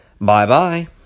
Bye-bye